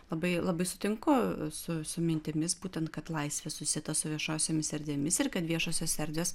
labai labai sutinku su su mintimis būtent kad laisvė susieta su viešosiomis erdvėmis ir kad viešosios erdvės